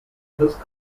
hız